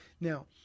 Now